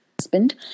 husband